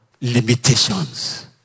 limitations